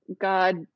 God